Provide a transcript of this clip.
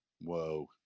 Whoa